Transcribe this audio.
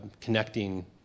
connecting